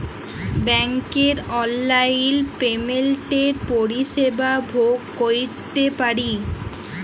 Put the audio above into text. ব্যাংকের অললাইল পেমেল্টের পরিষেবা ভগ ক্যইরতে পারি